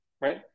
Right